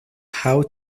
how